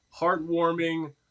heartwarming